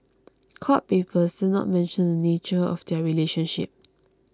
court papers did not mention the nature of their relationship